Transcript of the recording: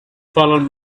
fallen